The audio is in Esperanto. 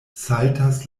saltas